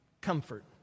comfort